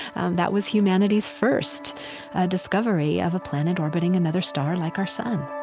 um that was humanity's first ah discovery of a planet orbiting another star like our sun